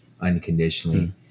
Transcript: unconditionally